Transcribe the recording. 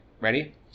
Ready